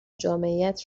جامعیت